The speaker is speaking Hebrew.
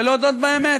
ולהודות באמת: